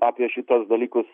apie šituos dalykus